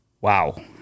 Wow